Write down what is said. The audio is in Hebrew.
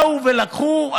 באו ולקחו,